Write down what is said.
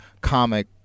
comic